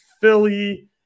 Philly